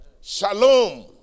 Shalom